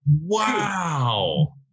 Wow